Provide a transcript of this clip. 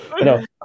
No